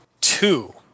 two